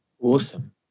Awesome